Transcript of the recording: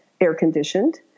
air-conditioned